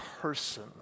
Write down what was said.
person